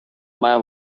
має